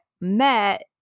met